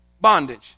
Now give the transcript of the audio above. Bondage